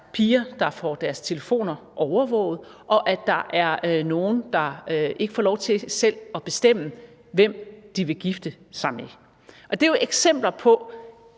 at der er piger, der får deres telefoner overvåget, og at der er nogle, der ikke får lov til selv at bestemme, hvem de vil gifte sig med. Det er jo eksempler på